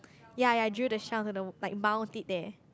ya ya drill the shelf in the like mount it there